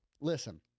listen